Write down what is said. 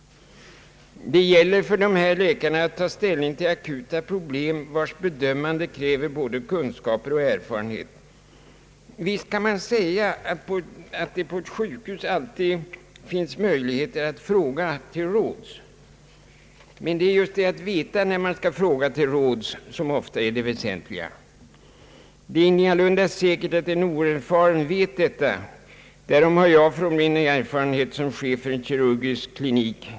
Det gäller för dessa läkare att ta ställning till akuta problem, vars bedömande kräver både kunskaper och erfarenhet. Visst kan man säga att det på ett sjukhus alltid finns möjligheter att fråga till råds, men det gäller just att veta när man skall fråga till råds. Det är ingalunda säkert att en oerfaren vet detta. Därav har jag livlig erfarenhet som chef för en kirurgisk klinik.